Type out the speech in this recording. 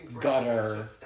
gutter